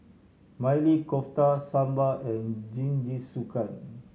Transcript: Maili Kofta Sambar and Jingisukan